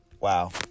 Wow